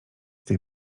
tej